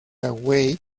away